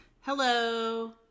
Hello